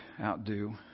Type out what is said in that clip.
outdo